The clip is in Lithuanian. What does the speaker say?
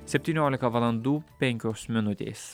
septyniolika valandų penkios minutės